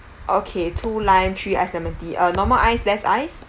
okay two lime three iced lemon tea uh normal ice less ice